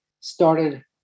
started